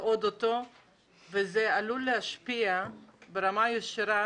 זה עלול להשפיע ברמה ישירה